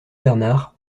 bernard